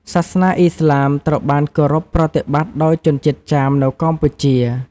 សាសនាអ៊ីស្លាមត្រូវបានគោរពប្រតិបត្តិដោយជនជាតិចាមនៅកម្ពុជា។